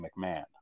mcmahon